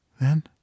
then